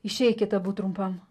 išeikit abu trumpam